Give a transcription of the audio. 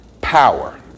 power